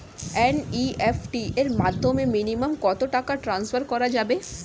NEFT এর মাধ্যমে minimum কত টাকা টান্সফার করা যাবে?